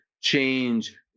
change